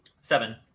Seven